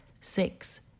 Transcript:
six